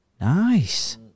nice